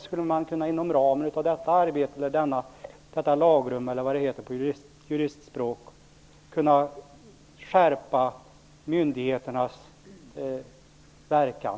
Skulle man inom ramen för det arbetet kunna skärpa myndigheternas verkan?